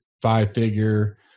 five-figure